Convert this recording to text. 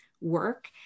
work